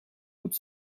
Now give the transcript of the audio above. could